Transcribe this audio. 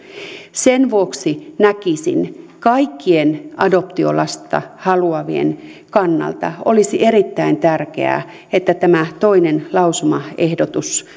sen vuoksi näkisin että kaikkien adoptiolasta haluavien kannalta olisi erittäin tärkeää että tämä toinen lausumaehdotus